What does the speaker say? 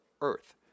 Earth